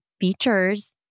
features